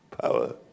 power